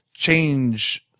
Change